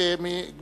אין שום קשר.